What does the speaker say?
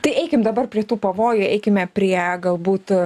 tai eikim dabar prie tų pavojų eikime prie galbūt